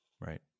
Right